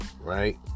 right